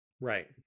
Right